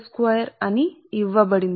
సరే ఇది మీకు తెలిసినట్లు గా అని ఇవ్వబడింది